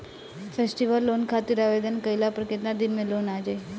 Festival loan खातिर आवेदन कईला पर केतना दिन मे लोन आ जाई?